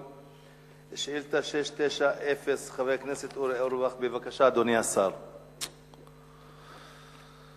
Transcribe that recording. גדעון עזרא שאל את השר להגנת הסביבה ביום ו' בטבת התש"ע (23 בדצמבר